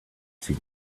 see